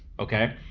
okay,